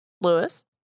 Lewis